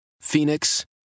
Phoenix